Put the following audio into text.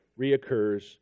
reoccurs